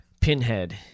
pinhead